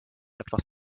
etwas